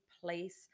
place